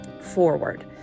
forward